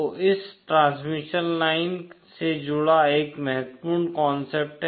तो यह transmission line से जुड़ा एक महत्वपूर्ण कांसेप्ट है